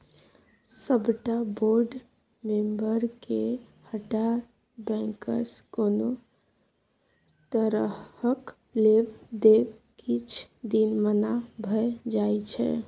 सबटा बोर्ड मेंबरके हटा बैंकसँ कोनो तरहक लेब देब किछ दिन मना भए जाइ छै